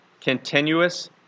continuous